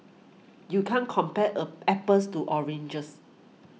you can't compare a apples to oranges